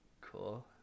cool